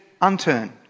unturned